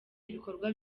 ibikorwa